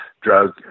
drug